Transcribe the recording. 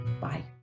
Bye